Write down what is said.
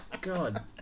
God